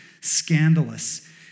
scandalous